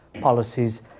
policies